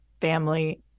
family